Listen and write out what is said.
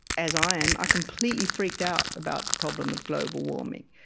as i am, are completely freaked out about the problem of global warming.